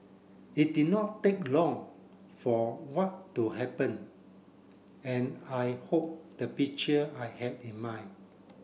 it did not take long for what to happen and I hope the picture I had in mind